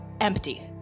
empty